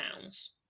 pounds